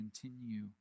continue